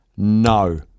No